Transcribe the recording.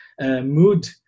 mood